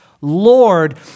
Lord